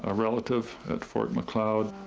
ah relative at fort macleod.